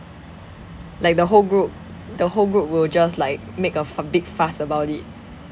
like the whole group the whole group will just like make f~ a big fuss about it